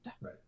right